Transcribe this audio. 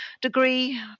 degree